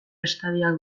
estadioak